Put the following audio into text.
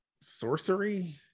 sorcery